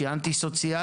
שהיא אנטי סוציאלית,